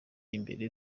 imbere